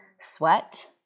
sweat